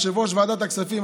יושב-ראש ועדת הכספים,